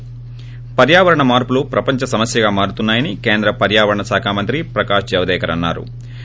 ి పర్యావరణ మార్పులు ప్రపంచ సమస్యగా మారుతున్నాయని కేంద్ర పర్యావరణ శాఖ మంత్రి ప్రకాష్ జవదేకర్ అన్నా రు